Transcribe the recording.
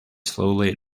slowly